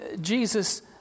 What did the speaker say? Jesus